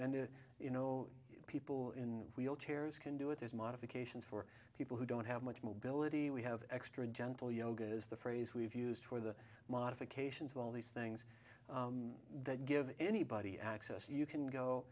and you know people in wheelchairs can do it as modifications for people who don't have much mobility we have extra gentle yoga is the phrase we've used for the modifications of all these things that give anybody access you can go